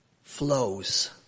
flows